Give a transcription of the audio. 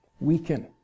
weaken